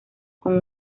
con